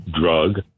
drug